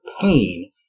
pain